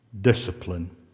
discipline